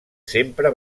sempre